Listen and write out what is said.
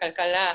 הכלכלה,